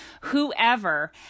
whoever